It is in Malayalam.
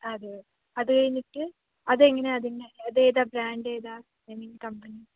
അത് അതു കഴിഞ്ഞിട്ട് അതെങ്ങനെയാണ് അതിൻ്റെ അതേതാണ് ബ്രാൻ്റ് ഏതാണ് ഐ മീൻ കമ്പനി